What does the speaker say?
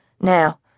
Now